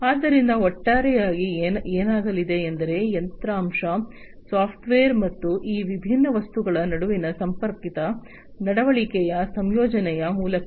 ಆದ್ದರಿಂದ ಒಟ್ಟಾರೆಯಾಗಿ ಏನಾಗಲಿದೆ ಎಂದರೆ ಯಂತ್ರಾಂಶ ಸಾಫ್ಟ್ವೇರ್ ಮತ್ತು ಈ ವಿಭಿನ್ನ ವಸ್ತುಗಳ ನಡುವಿನ ಸಂಪರ್ಕಿತ ನಡವಳಿಕೆಯ ಸಂಯೋಜನೆಯ ಮೂಲಕ